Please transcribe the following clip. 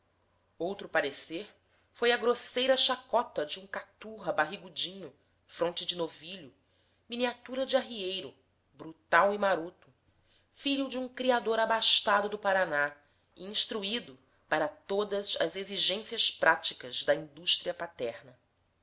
outro parecer foi a grosseira chacota de um caturra barrigudinho fronte de novilho miniatura de arrieiro brutal e maroto filho de um criador abastado do paraná e instruído para todas as exigências práticas da indústria paterna